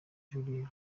julie